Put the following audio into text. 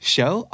Show